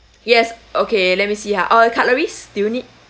yes okay let me see ha oh cutleries do you need